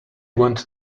went